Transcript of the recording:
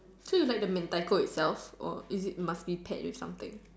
so you like the Mentaiko itself or is it must be paired with something